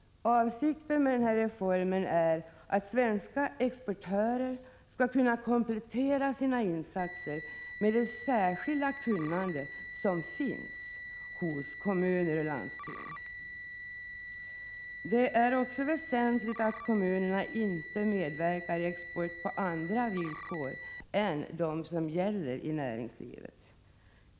Avsikten med reformen är att svenska exportörer skall kunna komplettera sina insatser med det särskilda kunnande som finns inom kommuner och landsting. Det är också väsentligt att kommunerna inte medverkar i export på andra villkor än de som gäller i näringslivet.